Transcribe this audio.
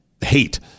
hate